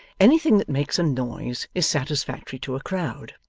anything that makes a noise is satisfactory to a crowd.